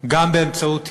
גם באמצעות ירי,